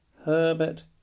Herbert